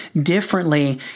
differently